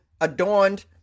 adorned